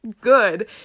good